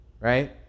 right